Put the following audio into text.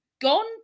Gone